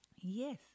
Yes